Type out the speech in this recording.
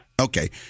Okay